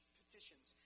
petitions